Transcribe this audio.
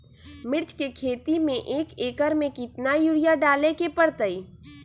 मिर्च के खेती में एक एकर में कितना यूरिया डाले के परतई?